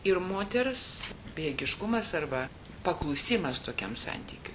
ir moters bejėgiškumas arba paklusimas tokiam santykiui